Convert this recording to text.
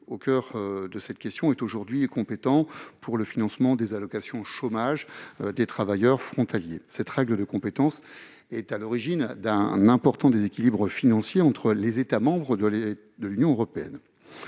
au coeur de votre question, est aujourd'hui compétent pour le financement des allocations chômage des travailleurs frontaliers. Cette règle de compétence est à l'origine d'un important déséquilibre financier entre les États membres de l'Union européenne.